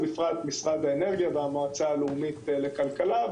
בפרט משרד האנרגיה והמועצה הלאומית לכלכלה.